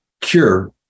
cure